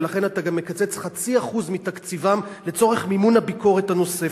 ולכן אתה גם מקצץ 0.5% מתקציבם לצורך מימון הביקורת הנוספת.